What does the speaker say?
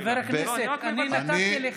חבר הכנסת,